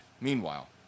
meanwhile